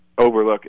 overlook